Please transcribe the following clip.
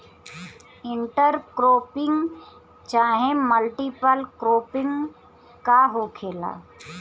Inter cropping चाहे multiple cropping का होखेला?